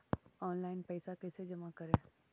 Online पैसा कैसे जमा करे?